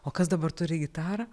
o kas dabar turi gitarą